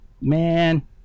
man